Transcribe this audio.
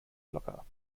locker